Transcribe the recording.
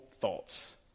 thoughts